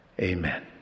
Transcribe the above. Amen